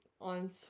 on